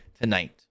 tonight